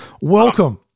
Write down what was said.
welcome